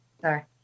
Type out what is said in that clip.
Sorry